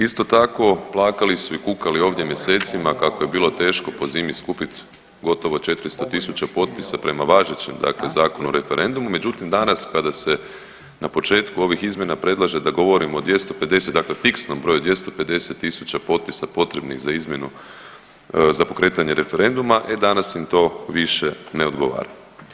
Isto tako, plakali su i kukali ovdje mjesecima kako je bilo teško po zimi skupit gotovo 400.000 potpisa prema važećem dakle Zakonu o referendumu, međutim danas kada se na početku ovih izmjena predlaže da govorimo o 250 dakle fiksnom broju 250.000 potpisa potrebnih za izmjenu, za pokretanje referenduma, e danas im to više ne odgovara.